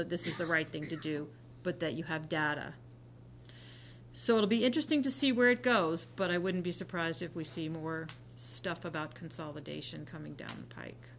that this is the right thing to do but that you have data so it'll be interesting to see where it goes but i wouldn't be surprised if we see more stuff about consolidation coming down